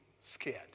scared